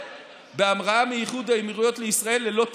בהמראה מאיחוד האמירויות לישראל ללא תדלוק,